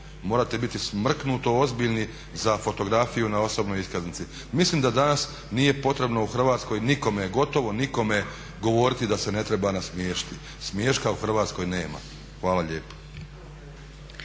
morate biti smrknuto ozbiljni za fotografiju na osobnoj iskaznici. Mislim da danas nije potrebno u Hrvatskoj nikome, gotovo nikome govoriti da se ne treba nasmiješiti, smiješka u Hrvatskoj nema. Hvala lijepo.